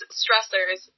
stressors